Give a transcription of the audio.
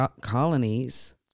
colonies